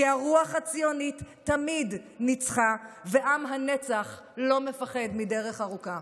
כי הרוח הציונית תמיד ניצחה ועם הנצח לא מפחד מדרך ארוכה.